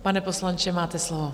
Pane poslanče, máte slovo.